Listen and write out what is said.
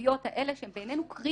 הסוגיות האלה, שהן בעינינו קריטיות.